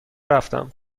رفتم